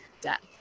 death